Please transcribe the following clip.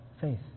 faith